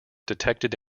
detected